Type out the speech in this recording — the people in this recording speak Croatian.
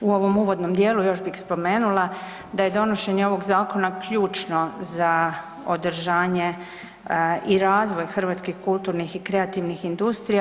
U ovom uvodnom dijelu još bih spomenula da je donošenje ovog zakona ključno za održanje i razvoj hrvatskih kulturnih i kreativnih industrija.